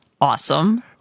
awesome